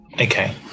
Okay